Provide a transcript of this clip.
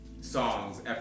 songs